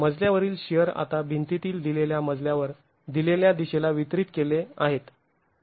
मजल्यावरील शिअर आता भिंतीतील दिलेल्या मजल्यावर दिलेल्या दिशेला वितरित केले आहेत